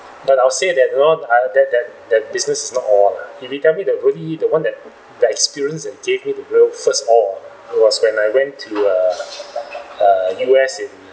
and I'll say that you know uh that that that business is not awe lah if you tell me that really the one that that experience that gave me the real first awe it was when I went to err err U_S in